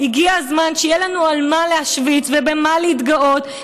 הגיע הזמן שיהיה לנו על מה להשוויץ ובמה להתגאות,